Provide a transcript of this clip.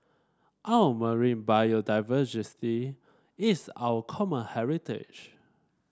our marine biodiversity is our common heritage